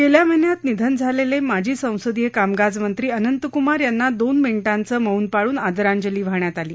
गेल्या महिन्यात निधन झालेले माजी संसदीय कामकाजमंत्री अनंतक्मार यांना दोन मिनिटांचं मौन पाळून आदरांजली वाहण्यात आली